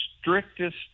strictest